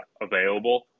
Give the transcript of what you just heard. available